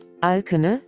Alkene